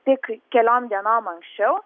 tik keliom dienom anksčiau